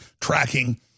tracking